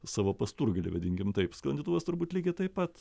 savo pasturgalį vadinkim taip sklandytuvas turbūt lygiai taip pat